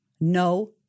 No